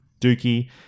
Dookie